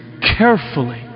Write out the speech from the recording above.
carefully